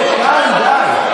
תן חיוך.